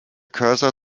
cursor